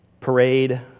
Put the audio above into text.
parade